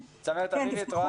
שלום.